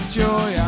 joy